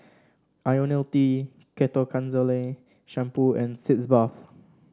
IoniL T Ketoconazole Shampoo and Sitz Bath